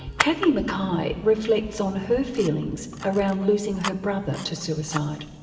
kathy mckay reflects on her feelings around losing her brother to suicide.